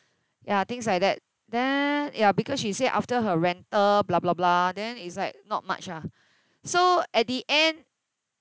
ya things like that then ya because she said after her rental blah blah blah then it's like not much ah so at the end